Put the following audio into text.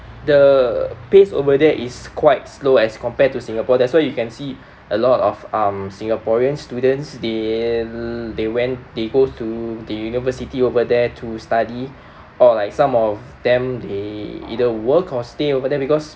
the pace over there is quite slow as compared to singapore that's why you can see a lot of um singaporean students they they went they go to the university over there to study or like some of them they either work or stay over there because